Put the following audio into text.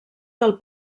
del